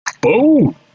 Boom